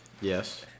Yes